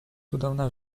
cudowna